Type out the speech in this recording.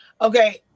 Okay